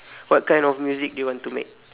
what kind of music do you want to make